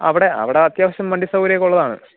അവിടെ അവിടെ അത്യാവശ്യം വണ്ടി സൗകര്യമൊക്കെ ഉള്ളതാണ്